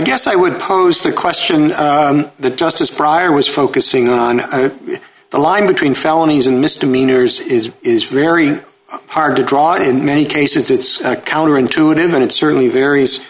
guess i would pose the question the justice pryor was focusing on the line between felonies and misdemeanors is is very hard to draw on in many cases it's counterintuitive and it certainly varies